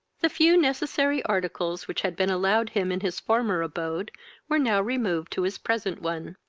the few necessary articles which had been allowed him in his former abode were now removed to his present one,